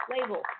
Label